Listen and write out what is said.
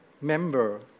member